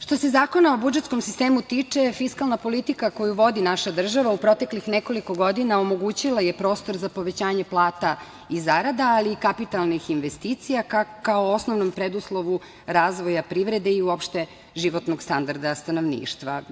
Što se Zakona o budžetskom sistemu tiče, fiskalna politika koju vodi naša država u proteklih nekoliko godina omogućila je prostor za povećanje plata i zarada, ali i kapitalnih investicija kao osnovnom preduslovu razvoja privrede i uopšte životnog standarda stanovništva.